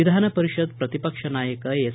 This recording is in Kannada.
ವಿಧಾನಪರಿಷತ್ ಪ್ರತಿಪಕ್ಷ ನಾಯಕ ಎಸ್